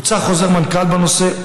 הוצא חוזר מנכ"ל בנושא,